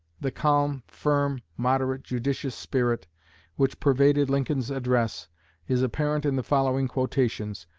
the calm, firm, moderate, judicious spirit which pervaded lincoln's address is apparent in the following quotations,